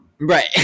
Right